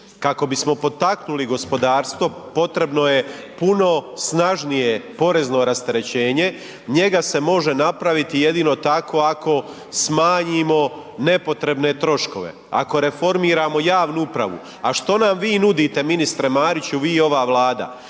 Kako bismo potaknuli gospodarstvo potrebno je puno snažnije porezno rasterečenje, njega se može napraviti jedino tako ako smanjimo nepotrebne troškove, ako reformiramo javnu upravu. A što nam vi nudite ministre Mariću, vi i ova Vlada?